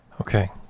Okay